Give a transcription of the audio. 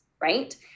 Right